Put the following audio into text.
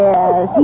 Yes